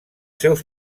seus